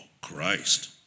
Christ